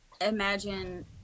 imagine